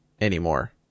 anymore